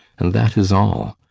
and that is all.